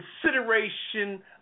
consideration